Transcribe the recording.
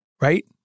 Right